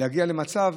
להגיע למצב,